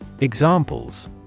Examples